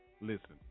Listen